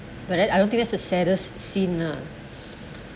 but then I don't think that's the saddest scene ah